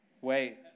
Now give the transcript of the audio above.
wait